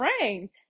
rain